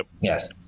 Yes